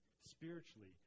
spiritually